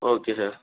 okay okay